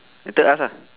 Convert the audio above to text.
later ask ah